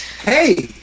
Hey